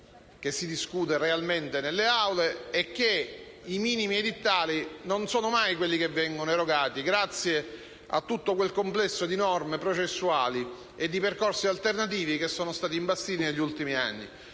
che si discute realmente nelle aule, e che i minimi edittali non sono mai quelli che vengono erogati, grazie a tutto quel complesso di norme processuali e di percorsi alternativi imbastiti negli ultimi anni.